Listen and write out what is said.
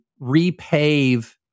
repave